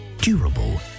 durable